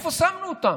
איפה שמנו אותם?